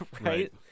Right